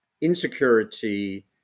insecurity